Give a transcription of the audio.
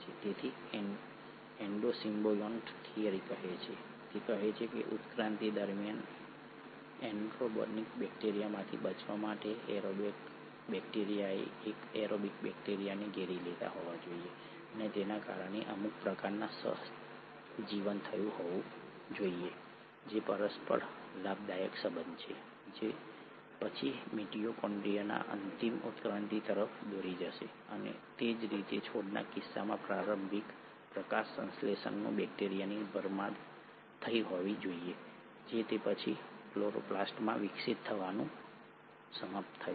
તેથી endosymbiont theory કહે છે કે તે કહે છે કે ઉત્ક્રાંતિ દરમિયાન એનએરોબિક બેક્ટેરિયાથી બચવા માટે એરોબિક બેક્ટેરિયાએ એક એરોબિક બેક્ટેરિયાને ઘેરી લીધા હોવા જોઈએ અને તેના કારણે અમુક પ્રકારનું સહજીવન થયું હોવું જોઈએ જે પરસ્પર લાભદાયક સંબંધ છે જે પછી મિટોકોન્ડ્રિયાની અંતિમ ઉત્ક્રાંતિ તરફ દોરી જશે અને તે જ રીતે છોડના કિસ્સામાં પ્રારંભિક પ્રકાશસંશ્લેષણ બેક્ટેરિયાની ભરમાર થઈ હોવી જોઈએ જે તે પછી ક્લોરોપ્લાસ્ટમાં વિકસિત થવાનું સમાપ્ત થયું છે